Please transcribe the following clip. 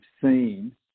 seen